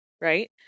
right